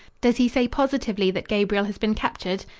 does he say positively that gabriel has been captured?